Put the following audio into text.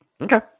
Okay